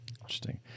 interesting